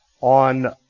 on